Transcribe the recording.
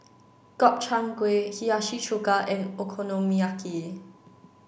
Gobchang Gui Hiyashi Chuka and Okonomiyaki